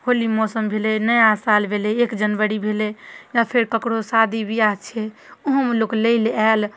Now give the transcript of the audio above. होली मौसम भेलै नया साल भेलै एक जनवरी भेलै या फेर ककरो शादी विवाह छै ओहोमे लोक लै लए आयल